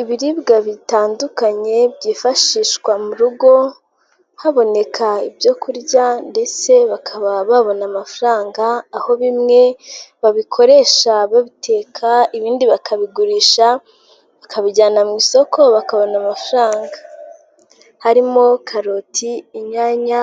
Ibiribwa bitandukanye byifashishwa mu rugo, haboneka ibyo kurya ndetse bakaba babona amafaranga, aho bimwe babikoresha babiteka, ibindi bakabigurisha bakabijyana mu isoko bakabona amafaranga, harimo; karoti, inyanya,